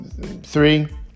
Three